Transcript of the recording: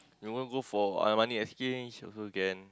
you want go Armani-Exchange also can